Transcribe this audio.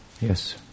Yes